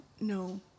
no